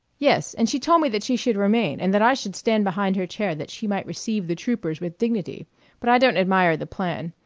yes and she told me that she should remain, and that i should stand behind her chair that she might receive the troopers with dignity but i don't admire the plan.